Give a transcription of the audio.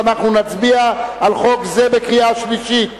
ואנחנו נצביע על חוק זה בקריאה שלישית.